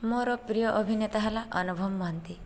ମୋର ପ୍ରିୟ ଅଭିନେତା ହେଲା ଅନୁଭବ ମହାନ୍ତି